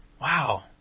Wow